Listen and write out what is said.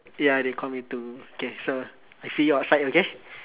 ya they call me too okay so I see you outside okay